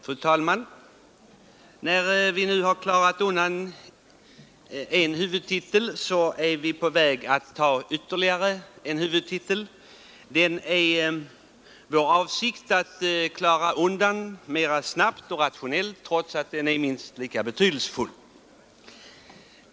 Fru talman! Kammaren har nu klarat av en huvudtitel och är på väg att ta ytterligare en huvudtitel. Det är vår avsikt att klara av den snabbare och mera rationellt trots att den är minst lika betydelsefull.